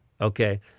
Okay